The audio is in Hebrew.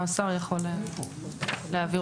השר יכול להעביר אותם.